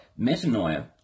metanoia